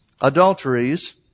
adulteries